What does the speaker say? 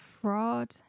fraud